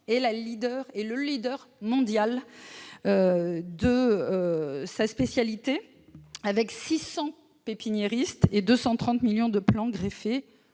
est le leader mondial dans sa spécialité, avec 600 pépiniéristes et 230 millions de plants greffés,